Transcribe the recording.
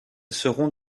seront